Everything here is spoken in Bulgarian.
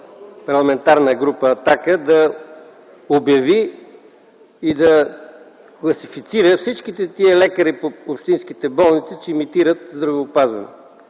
парламентарна група – „Атака”, да обяви и класифицира всички лекари в общинските болници, че имитират здравеопазване.